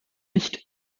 nicht